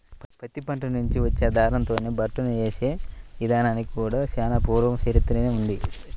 పత్తి పంట నుంచి వచ్చే దారంతోనే బట్టను నేసే ఇదానానికి కూడా చానా పూర్వ చరిత్రనే ఉంది